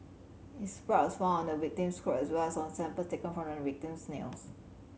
his blood was found on the victim's clothes as well as on samples taken from the victim's nails